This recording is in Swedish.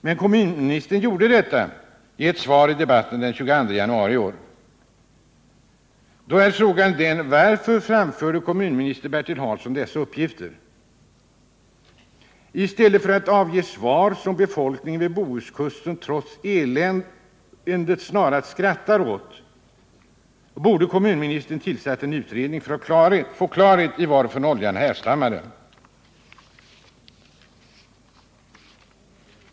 Men kommunministern gjorde detta i ett svar i debatten den 22 januari i år. Då är frågan: Varför framförde kommunministern dessa uppgifter? I stället för att avge ett svar, som befolkningen vid Bohuskusten trots eländet snarast skrattar åt, borde kommunministern ha tillsatt en utredning för att få klarhet i varifrån oljan härstammade.